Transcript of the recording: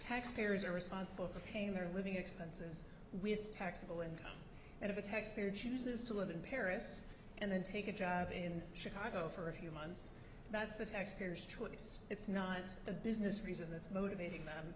taxpayers are responsible for paying their living expenses with taxable income and a taxpayer chooses to live in paris and then take a job in chicago for a few months that's the taxpayer's choice it's not the business reason that's motivating them